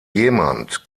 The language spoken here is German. jemand